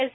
S